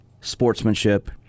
sportsmanship